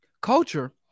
Culture